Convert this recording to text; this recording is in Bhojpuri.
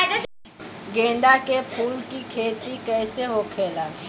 गेंदा के फूल की खेती कैसे होखेला?